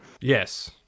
Yes